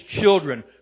children